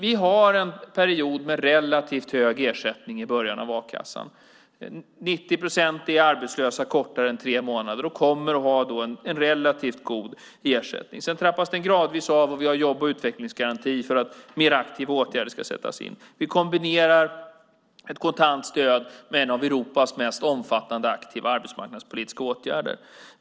Vi har en period med relativt hög ersättning i a-kassan i början. Det är 90 procent som är arbetslösa under en kortare tid än tre månader. De kommer då att ha en relativt god ersättning. Sedan trappas den gradvis av, och vi har jobb och utvecklingsgaranti för att mer aktiva åtgärder ska sättas in. Vi kombinerar ett kontant stöd med några av Europas mest omfattande och aktiva arbetsmarknadspolitiska åtgärder.